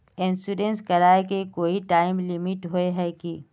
Insurance कराए के कोई टाइम लिमिट होय है की?